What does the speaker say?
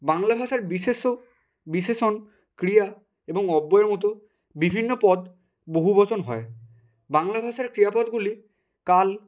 বাংলা ভাষার বিশেষ্য বিশেষণ ক্রিয়া এবং অব্যয়ের মতো বিভিন্ন পদ বহুবচন হয় বাংলা ভাষার ক্রিয়াপদগুলি কাল